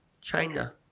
China